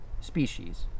Species